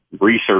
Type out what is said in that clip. research